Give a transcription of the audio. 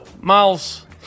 Miles